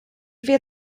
wie